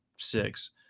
six